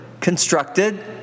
constructed